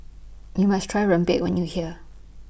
YOU must Try Rempeyek when YOU here